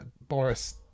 boris